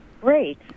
Great